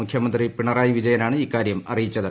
മുഖ്യമന്ത്രി പിണറായി വിജയനാണ് ഇക്കാര്യം അറിയിച്ചത്